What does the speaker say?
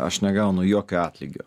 aš negaunu jokio atlygio